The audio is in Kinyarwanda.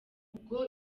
ubwo